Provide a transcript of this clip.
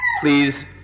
Please